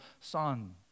Son